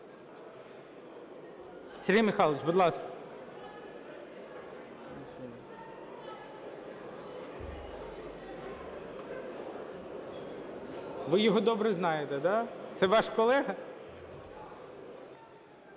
Сергій Михайлович, будь ласка. Ви його добре знаєте, да? Це ваш колега?